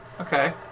Okay